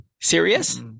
serious